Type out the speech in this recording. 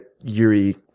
Yuri